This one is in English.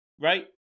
Right